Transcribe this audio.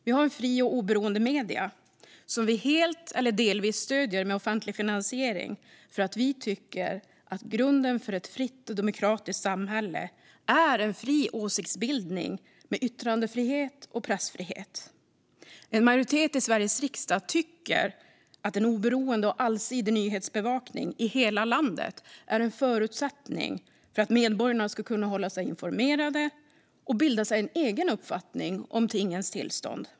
Vi har fria och oberoende medier som vi helt eller delvis stöder med offentlig finansiering, eftersom vi tycker att grunden för ett fritt och demokratiskt samhälle är en fri åsiktsbildning med yttrandefrihet och pressfrihet. En majoritet i Sveriges riksdag tycker att en oberoende och allsidig nyhetsbevakning i hela landet är en förutsättning för att medborgarna ska kunna hålla sig informerade och bilda sig en egen uppfattning om tingens tillstånd.